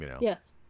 Yes